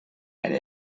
and